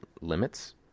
limits